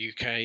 uk